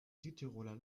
südtiroler